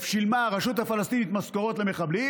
שילמה הרשות הפלסטינית משכורות למחבלים,